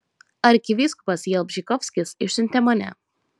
arkivyskupas jalbžykovskis išsiuntė mane